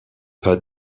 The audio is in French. pas